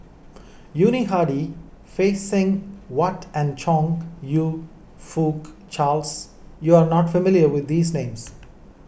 Yuni Hadi Phay Seng Whatt and Chong You Fook Charles you are not familiar with these names